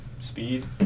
speed